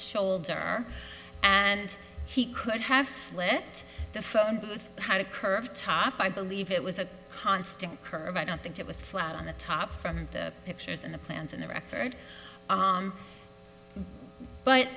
shoulder and he could have slipped the phone booth had a curved top i believe it was a constant curve i don't think it was flat on the top from the pictures in the plans in the record but but